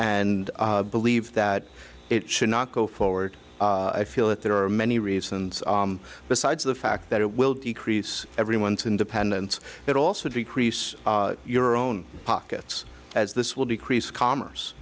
and believe that it should not go forward i feel that there are many reasons besides the fact that it will decrease everyone's independence but also decrease your own pockets as this will decrease commerce